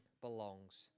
belongs